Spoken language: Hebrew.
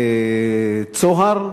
"צהר",